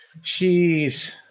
Jeez